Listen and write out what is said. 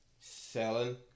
selling